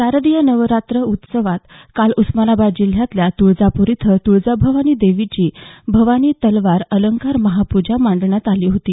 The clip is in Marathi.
शारदीय नवरात्र उत्सवात काल उस्मानाबाद जिल्ह्यातल्या तुळजापूर इथं तुळजाभवानी देवीची भवानी तलवार अलंकार महापूजा मांडण्यात आली होती